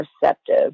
perceptive